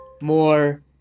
more